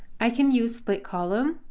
i can use split column,